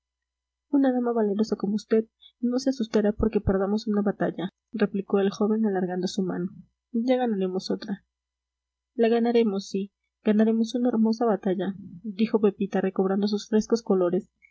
una dama valerosa como vd no se asustará porque perdamos una batalla replicó el joven alargando su mano ya ganaremos otra la ganaremos sí ganaremos una hermosa batalla dijo pepita recobrando sus frescos colores